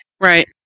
Right